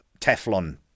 Teflon